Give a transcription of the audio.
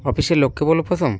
অফিসের লোককে বলব প্রথম